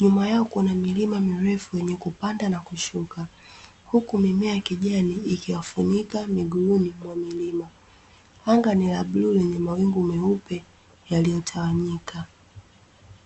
nyuma yao kuna milima mirefu yenye kupanda na kushuka huku mimea ya kijani ikiwafunika miguuni mwa milima anga ni la bluu lenye mawingu meupe yaliyotawanyika.